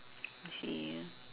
I see